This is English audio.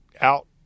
out